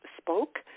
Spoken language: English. spoke